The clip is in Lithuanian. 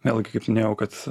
vėlgi kaip minėjau kad